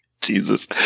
Jesus